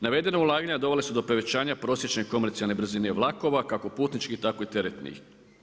Navedena ulaganja dovela su do povećanja prosječne komercijalne brzine vlakova kako putničkih tako i teretnih.